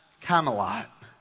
Camelot